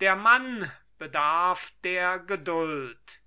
der mann bedarf der geduld